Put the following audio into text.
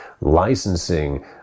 licensing